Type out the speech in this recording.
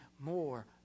more